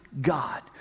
God